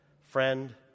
Friend